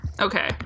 Okay